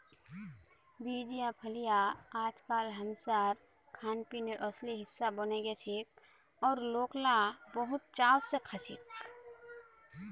beans या फलियां अइजकाल हमसार खानपीनेर असली हिस्सा बने गेलछेक और लोक इला बहुत चाव स खाछेक